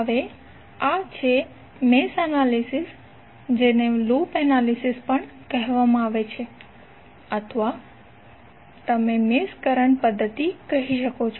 હવે આ છે મેશ એનાલિસિસ જેને લૂપ એનાલિસિસ પણ કહેવામાં આવે છે અથવા તમે મેશ કરંટ પદ્ધતિ કહી શકો છો